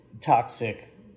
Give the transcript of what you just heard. toxic